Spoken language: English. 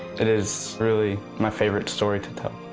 it is really my favorite story to tell.